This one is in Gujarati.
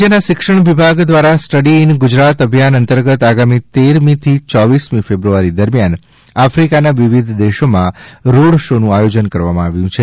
રાજ્યના શિક્ષણ વિભાગ દ્વારા સ્ટડી ઇન ગુજરાત અભિયાન અંતગર્ત આગામી તેરમીથી ચોવીસમી ફેબ્રુઆરી દરમિયાન આફ્રિકાના વિવિધ દેશોમાં રોડ શો નું આયોજન કરવામાં આવ્યું છે